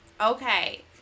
Okay